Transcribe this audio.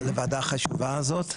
לוועדה החשובה הזאת.